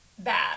Bad